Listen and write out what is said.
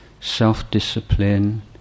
self-discipline